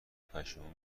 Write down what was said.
پشیمون